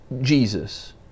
Jesus